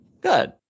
Good